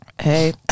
Hey